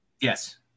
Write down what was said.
yes